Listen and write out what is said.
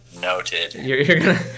Noted